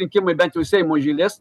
rinkimai bent jau seimo iš eilės